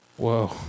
whoa